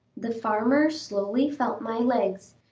the farmer slowly felt my legs,